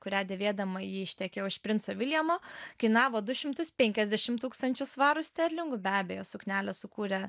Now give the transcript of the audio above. kurią dėvėdama ji ištekėjo už princo williamo kainavo du šimtus penkiasdešim tūkstančių svarų sterlingų be abejo suknelę sukūrė